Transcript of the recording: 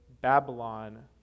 Babylon